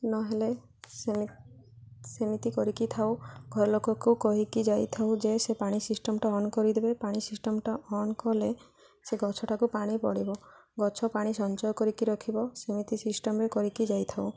ନହେଲେ ସେମିତି କରିକିଥାଉ ଘରଲୋକକୁ କହିକି ଯାଇଥାଉ ଯେ ସେ ପାଣି ସିଷ୍ଟମ୍ଟା ଅନ୍ କରିଦେବେ ପାଣି ସିଷ୍ଟମ୍ଟା ଅନ୍ କଲେ ସେ ଗଛଟାକୁ ପାଣି ପଡ଼ିବ ଗଛ ପାଣି ସଞ୍ଚୟ କରିକି ରଖିବ ସେମିତି ସିଷ୍ଟମ୍ରେ କରିକି ଯାଇଥାଉ